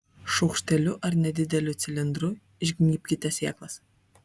šaukšteliu ar nedideliu cilindru išgnybkite sėklas